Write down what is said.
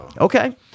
Okay